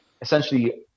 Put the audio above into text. essentially